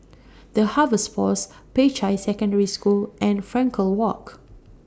The Harvest Force Peicai Secondary School and Frankel Walk